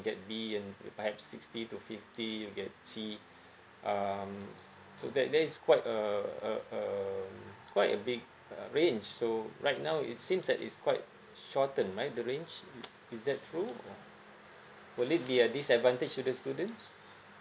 get B and perhaps sixty to fifty you get C um so that that's quite uh uh uh quite a big uh range so right now it seems that it's quite shorten right the range is that true will it be a disadvantage to the students